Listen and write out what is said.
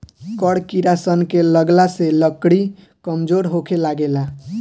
कड़ किड़ा सन के लगला से लकड़ी कमजोर होखे लागेला